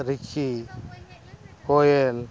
ᱨᱤᱪᱤ ᱠᱳᱭᱮᱞ